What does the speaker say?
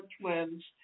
twins